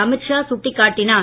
அமித் ஷா சுட்டிக் காட்டினார்